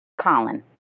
Colin